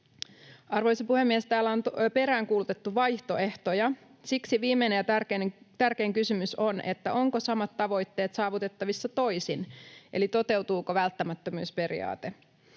Arvoisa puhemies! Täällä on peräänkuulutettu vaihtoehtoja. Siksi viimeinen ja tärkein kysymys on, ovatko samat tavoitteet saavutettavissa toisin eli toteutuuko välttämättömyysperiaate.